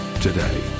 today